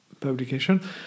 publication